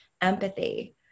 empathy